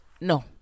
no